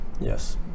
Yes